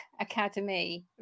academy